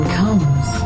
comes